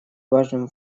важным